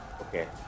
Okay